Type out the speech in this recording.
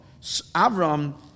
Avram